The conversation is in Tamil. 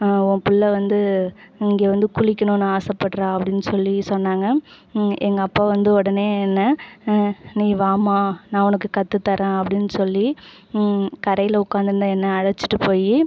ஓ பிள்ள வந்து இங்கே வந்து குளிக்கணுன்னு ஆசை படுறா அப்படின்னு சொல்லி சொன்னாங்க எங்கள் அப்பா வந்து உடனே என்ன நீ வாமா நான் உனக்கு கற்று தரேன் அப்படின் சொல்லி கரையில உட்காந்துருந்த என்னை அழைச்ட்டு போய்